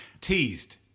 Teased